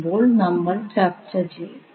ഇന്നത്തെ സെഷൻ അവസാനിച്ചിരിക്കുന്നു